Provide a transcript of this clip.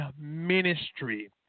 ministry